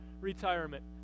retirement